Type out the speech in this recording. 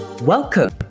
Welcome